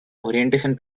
orientation